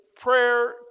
prayer